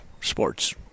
sports